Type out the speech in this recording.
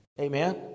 amen